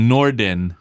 Norden